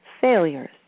failures